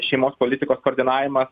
šeimos politikos koordinavimas